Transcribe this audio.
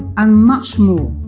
and much more.